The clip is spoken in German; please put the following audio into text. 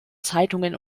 zeitungen